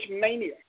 mania